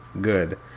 good